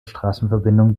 straßenverbindungen